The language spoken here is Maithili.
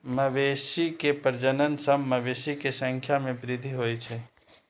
मवेशी के प्रजनन सं मवेशी के संख्या मे वृद्धि होइ छै